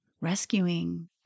rescuing